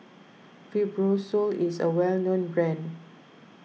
Fibrosol is a well known brand